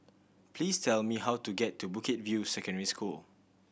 please tell me how to get to Bukit View Secondary School